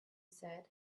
said